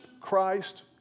Christ